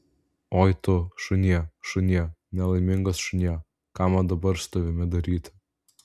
oi tu šunie šunie nelaimingas šunie ką man dabar su tavimi daryti